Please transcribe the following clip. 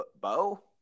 Bo